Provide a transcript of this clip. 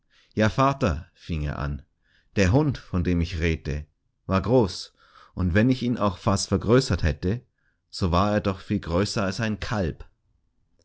ja vater fing er an der hund von dem ich redte war groß und wenn ich ihn auch was vergrößert hätte so war er doch viel größer als ein kalb